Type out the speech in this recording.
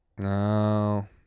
No